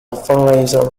fundraiser